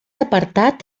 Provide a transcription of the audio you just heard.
apartat